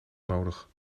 nodig